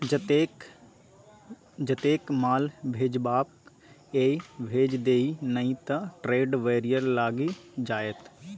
जतेक माल भेजबाक यै भेज दिअ नहि त ट्रेड बैरियर लागि जाएत